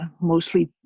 mostly